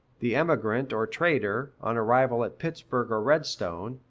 the emigrant or trader, on arrival at pittsburg or redstone,